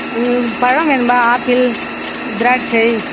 எங்களுக்கு பழம் வேணும்பா ஆப்பிள் திராட்சை